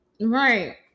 Right